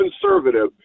conservative